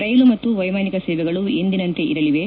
ರೈಲು ಮತ್ತು ವ್ಯೆಮಾನಿಕ ಸೇವೆಗಳು ಎಂದಿನಂತೆ ಇರಲಿವೆ